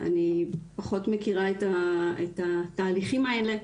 אני פחות מכירה את התהליכים האלה,